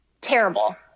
terrible